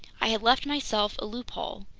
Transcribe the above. i had left myself a loophole.